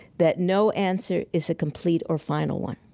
that no answer is a complete or final one.